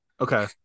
Okay